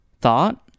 thought